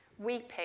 weeping